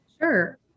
Sure